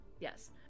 Yes